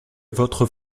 votre